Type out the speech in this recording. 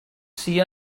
see